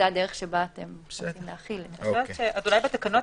יכול להיות שבתקנות